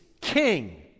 King